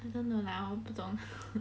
I don't know lah 我不懂